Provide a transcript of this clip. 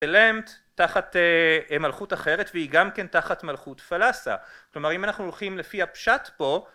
תחת מלכות אחרת והיא גם כן תחת מלכות פלסה כלומר אם אנחנו הולכים לפי הפשט פה